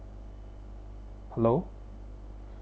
hello